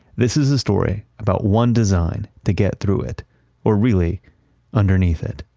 this is a story about one design to get through it or really underneath it.